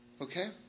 Okay